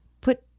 put